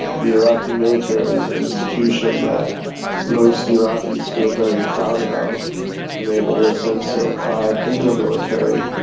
the iraqi military is an institution that most iraqis feel very proud about and they have a real sense of pride in their military,